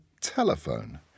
telephone